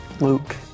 Luke